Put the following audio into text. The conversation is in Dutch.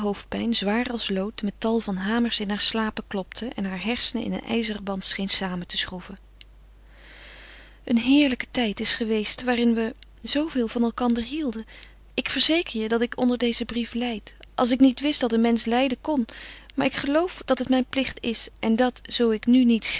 hoofdpijn zwaar als lood met tal van hamers in haar slapen klopte en heure hersenen in een ijzeren band scheen samen te schroeven een heerlijke tijd is geweest waarin we zooveel van elkander hielden ik verzeker je dat ik onder dezen brief lijd als ik niet wist dat een mensch lijden kon maar ik geloof dat het mijn plicht is en dat zoo ik nu niet